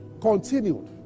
continued